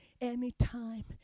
anytime